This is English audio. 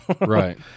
Right